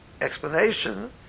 explanation